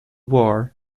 war